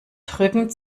drücken